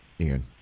Ian